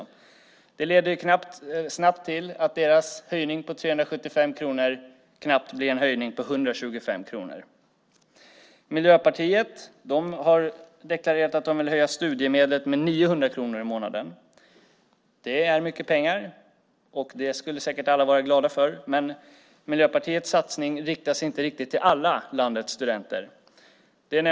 Det leder ju snabbt till att deras höjning med 375 kronor blir en höjning med knappt 125 kronor. Miljöpartiet har deklarerat att de vill höja studiemedlet med 900 kronor i månaden. Det är mycket pengar, och det skulle säkert alla vara glada för. Men Miljöpartiets satsning riktar sig inte riktigt till alla landets studenter.